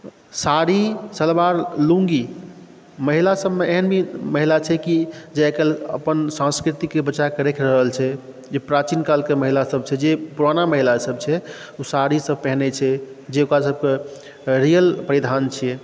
साड़ी सलवार लुङ्गी महिलासभमे एहन भी महिला छै कि जे आइ काल्हि अपन संस्कृतिके बचा कऽ राखि रहल छै जे प्राचीन कालके महिलासभ छै जे पुराना महिलासभ छै ओ साड़ीसभ पहिरैत छै जे ओकरासभके रियल परिधान छियै